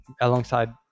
alongside